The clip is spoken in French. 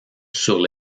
sur